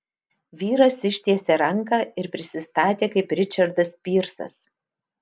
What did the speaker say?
vyras ištiesė ranką ir prisistatė kaip ričardas pyrsas